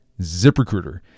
ZipRecruiter